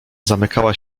zamykała